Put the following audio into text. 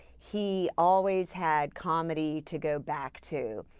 he always had comedy to go back to.